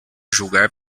julgar